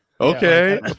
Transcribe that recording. Okay